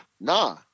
Nah